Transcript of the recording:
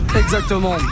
Exactement